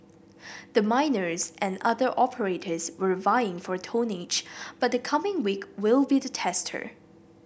the miners and other operators were vying for tonnage but the coming week will be the tester